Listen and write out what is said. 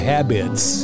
Habits